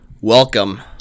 welcome